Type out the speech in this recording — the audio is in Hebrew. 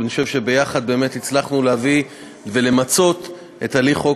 ואני חושב שיחד באמת הצלחנו להביא ולמצות את הליך חוק